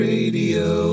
Radio